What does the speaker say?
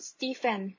Stephen